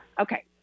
Okay